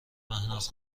مهناز